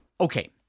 Okay